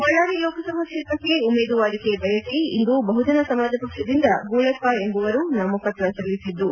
ಬಳ್ಳಾರಿ ಲೋಕಸಭಾ ಕ್ಷೇತ್ರಕ್ಕೆ ಉಮೇದುವಾರಿಕೆ ಬಯಸಿ ಇಂದು ಬಹುಜನ ಸಮಾಜ ಪಕ್ಷದಿಂದ ಗೂಳೆಪ್ಪ ಎಂಬುವರು ನಾಮಪತ್ರ ಸಲ್ಲಿಸಿದ್ದು